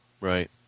right